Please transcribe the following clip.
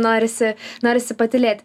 norisi norisi patylėt